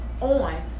on